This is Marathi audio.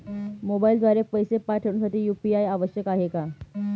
मोबाईलद्वारे पैसे पाठवण्यासाठी यू.पी.आय आवश्यक आहे का?